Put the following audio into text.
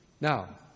Now